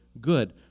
good